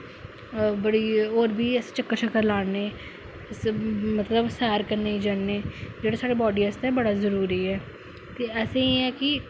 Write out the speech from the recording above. बड़ी होर बी चक्कर शक्कर लारने अस मतलब सैर करने गी जन्ने जेह्ड़ी साढ़ी बाॅडी आस्तै बडा जरुरी ऐ ते असेंगी ऐ है कि